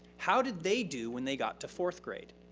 how did they do when they got to fourth grade?